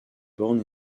born